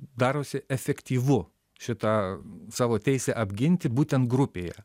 darosi efektyvu šitą savo teisę apginti būtent grupėje